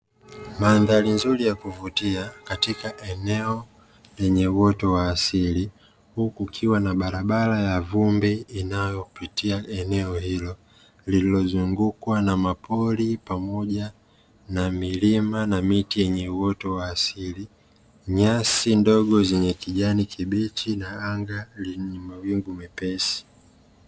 Mandhari nzuri ya kuvutia katika eneo lenye uoto wa asili, huku kukiwa na barabara ya vumbi inayopitia eneo hilo, lililozungukwa na mapori pamoja na milima na miti yenye uoto wa asili, nyasi ndogo zenye kijani kibichi na anga lenye mawingu mepesi.